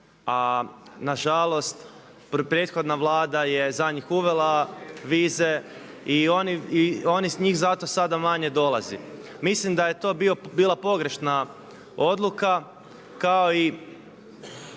a nažalost prethodna Vlada je za njih uvela vize i njih zato sada manje dolazi. Mislim da je to bila pogrešna odluka kao i